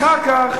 אחר כך